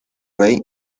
rey